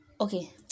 okay